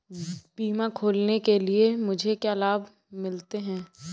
बीमा खोलने के लिए मुझे क्या लाभ मिलते हैं?